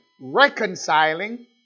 Reconciling